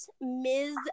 Ms